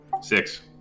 Six